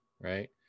right